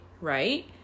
right